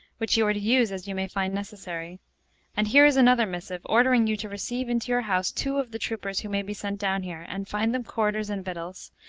which you are to use as you may find necessary and here is another missive, ordering you to receive into your house two of the troopers who may be sent down here, and find them quarters and victuals,